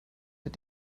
der